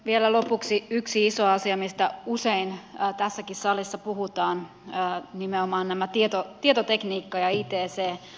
vielä lopuksi yksi iso asia mistä usein tässäkin salissa puhutaan nimenomaan tietotekniikka ja ict asiat